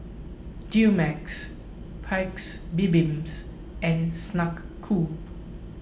Dumex Paik's Bibim and Snek Ku